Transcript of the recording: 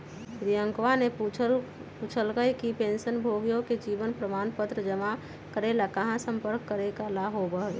रियंकावा ने पूछल कई कि पेंशनभोगियन के जीवन प्रमाण पत्र जमा करे ला कहाँ संपर्क करे ला होबा हई?